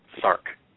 Sark